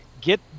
get